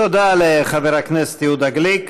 תודה לחבר הכנסת יהודה גליק.